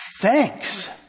thanks